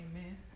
Amen